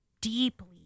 deeply